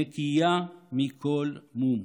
נקייה מכל מום.